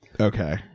Okay